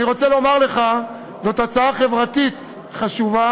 אני רוצה לומר לך שזאת הצעה חברתית חשובה,